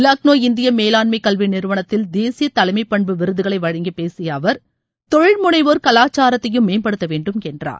லக்ளோ இந்திய மேலாண்மை கல்வி நிறுவனத்தில் தேசிய தலைமைப்பண்பு விருதுகளை வழங்கிப் பேசிய அவர் தொழில் முனைவோர் கலாச்சாரத்தையும் மேம்படுத்த வேண்டும் என்றார்